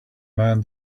man